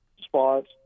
spots